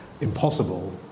impossible